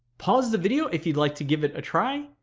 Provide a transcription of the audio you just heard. pause the video if you'd like to give it a try,